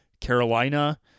Carolina